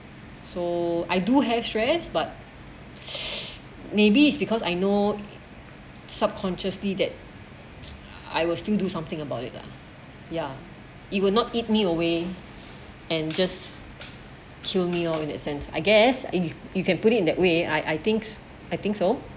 so I do have stress but maybe it's because I know subconsciously that I will still do something about it lah ya it will not eat me away and just kill me or in that sense I guess if you can put it in that way I think I think so